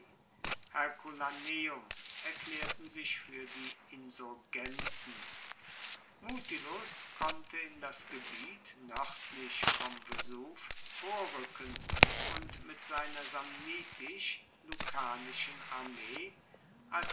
herculaneum erklärten sich für die insurgenten mutilus konnte in das gebiet nördlich vom vesuv vorrücken und mit seiner samnitisch lucanischen armee